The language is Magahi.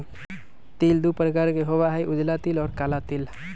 तिल दु प्रकार के होबा हई उजला तिल और काला तिल